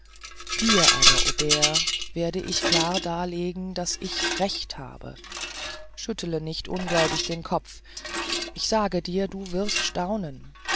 dir aber aubert werde ich klar darlegen daß ich recht habe schüttle nicht ungläubig den kopf ich sage dir du wirst staunen